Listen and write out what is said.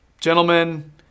Gentlemen